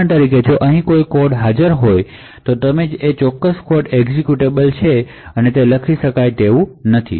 ઉદાહરણ તરીકે જો અહીં કોઈ કોડ હાજર હોય તો તમારી પાસે તે ચોક્કસ કોડ એક્ઝેક્યુટેબલ છે અને લખી શકાય તેવું નથી